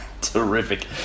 Terrific